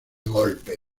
golpe